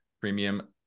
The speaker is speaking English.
premium